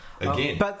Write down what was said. again